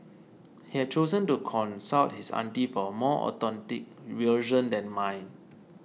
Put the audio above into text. he has chosen to consult his auntie for a more authentic version than mine